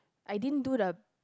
I didn't do the